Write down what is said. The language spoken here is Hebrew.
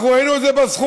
אנחנו ראינו את זה בזכוכית: